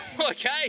okay